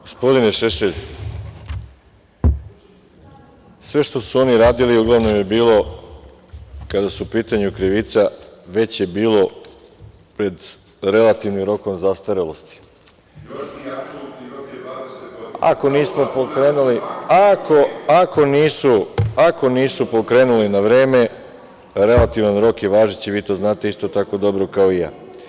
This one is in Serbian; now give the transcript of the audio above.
Gospodine Šešelj, sve što su oni radili uglavnom je bilo kada su u pitanju krivica, već je bilo pred relativnim rokom zastarelosti. (Vojislav Šešelj: Još nije apsolutni, rok je 20 godina.) Ako nisu pokrenuli na vreme, relativan rok je važeći, vi to znate isto tako dobro kao i ja.